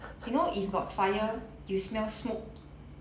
you know if got fire you smell smoke